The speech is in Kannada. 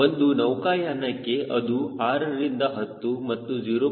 ಒಂದು ನೌಕಾಯಾನಕ್ಕೆ ಅದು 6 ರಿಂದ 10 ಮತ್ತು 0